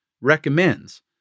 recommends